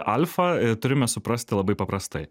alfa turime suprasti labai paprastai